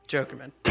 Jokerman